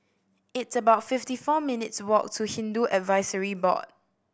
it's about fifty four minutes' walk to Hindu Advisory Board